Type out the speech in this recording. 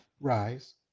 Rise